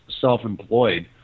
self-employed